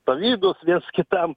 pavydūs viens kitam